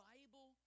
Bible